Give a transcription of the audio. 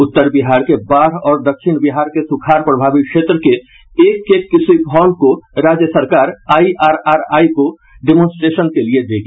उत्तर बिहार के बाढ़ और दक्षिण बिहार के सुखाड़ प्रभावित क्षेत्र के एक एक कृषि फार्म को राज्य सरकार आईआरआरआई को डेमोस्ट्रेशन के लिए देगी